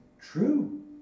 true